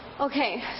Okay